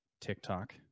TikTok